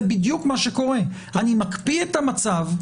זה בדיוק מה שקורה: אני מקפיא את המצב,